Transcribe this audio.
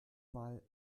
mal